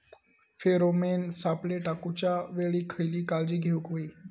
Pheromone सापळे टाकूच्या वेळी खयली काळजी घेवूक व्हयी?